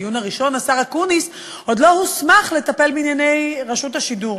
בדיון הראשון השר אקוניס עוד לא הוסמך לטפל בענייני רשות השידור,